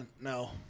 no